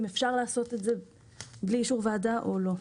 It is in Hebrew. אפשר לעשות את זה בלי אישור ועדה או לא.